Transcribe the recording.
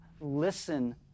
Listen